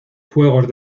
fuegos